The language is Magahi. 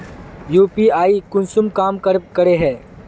यु.पी.आई कुंसम काम करे है?